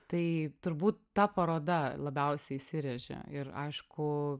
tai turbūt ta paroda labiausiai įsirėžė ir aišku